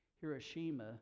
Hiroshima